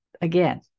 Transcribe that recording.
again